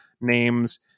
names